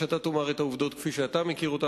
אם אתה תאמר את העובדות כפי שאתה מכיר אותן.